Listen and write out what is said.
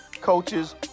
coaches